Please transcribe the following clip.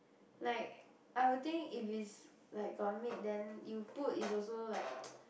like I would think if it's like got maid then you put is also like